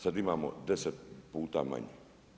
Sada imamo 10 puta manje.